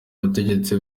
butegetsi